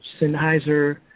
Sennheiser